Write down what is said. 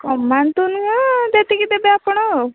କମାନ୍ତୁନି ଯେତିକି ଦେବେ ଆପଣ